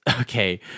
okay